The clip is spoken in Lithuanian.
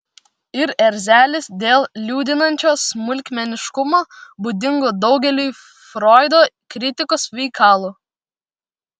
ir erzelis dėl liūdinančio smulkmeniškumo būdingo daugeliui froido kritikos veikalų